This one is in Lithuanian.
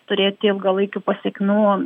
turėti ilgalaikių pasekmių